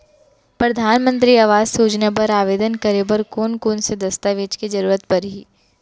परधानमंतरी आवास योजना बर आवेदन करे बर कोन कोन से दस्तावेज के जरूरत परही?